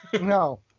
No